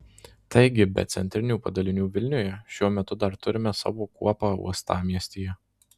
taigi be centrinių padalinių vilniuje šiuo metu dar turime savo kuopą uostamiestyje